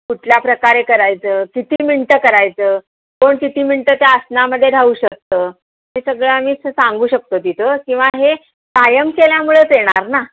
कुठल्या प्रकारे करायचं किती मिनटं करायचं कोण किती मिनटं त्या आसनामध्ये राहू शकतं हे सगळं आम्ही सांगू शकतो तिथं किंवा हे कायम केल्यामुळेच येणार ना